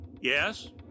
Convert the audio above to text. Yes